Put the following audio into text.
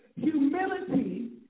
humility